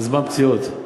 זמן פציעות.